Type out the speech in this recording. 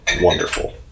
Wonderful